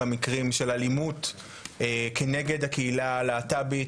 המקרים של אלימות כנגד הקהילה הלהט"בית,